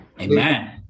Amen